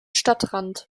stadtrand